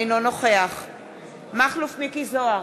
אינו נוכח מכלוף מיקי זוהר,